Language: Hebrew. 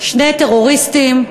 שני טרוריסטים,